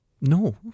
No